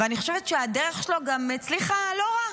ואני חושבת שהדרך שלו גם הצליחה לא רע.